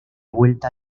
vuelta